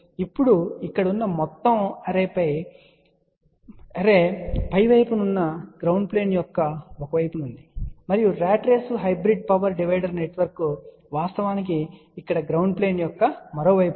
ఇప్పుడు ఇక్కడ ఉన్న మొత్తం శ్రేణి పై వైపున ఉన్న గ్రౌండ్ ప్లేన్ యొక్క ఒక వైపున ఉంది మరియు rat race hybrid power divider network వాస్తవానికి ఇక్కడ గ్రౌండ్ ప్లేన్ యొక్క మరొక వైపు ఉంది